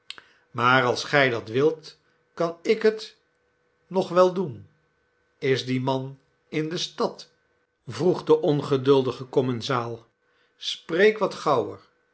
maar als gij dat wilt kan ik het nog wel doen is die man in de stad vroeg de ongeduldige commensaal spreek wat